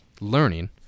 learning